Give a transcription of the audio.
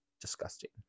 disgusting